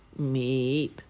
Meep